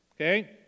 Okay